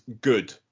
good